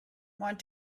want